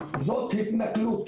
זו התנכלות.